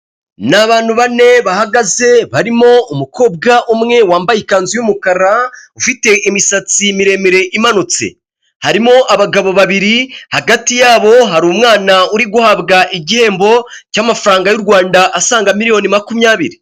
Ni abantu bane bahagaze barimo umukobwa umwe wambaye ikanzu y'umukara ufite imisatsi miremire imanutse, harimo abagabo babiri hagati yabo hari umwana uri guhabwa igihembo cy'amafaranga y'u Rwanda asaga miliyoni makumyabiri.